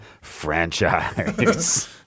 franchise